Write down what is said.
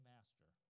Master